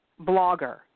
Blogger